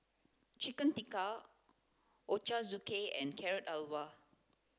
chicken Tikka Ochazuke and Carrot Halwa